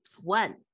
One